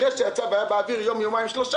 אחרי שיצא והיה באוויר יום-יומיים-שלושה